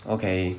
okay